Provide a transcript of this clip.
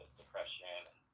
depression